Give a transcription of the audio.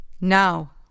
Now